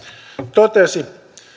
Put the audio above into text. totesi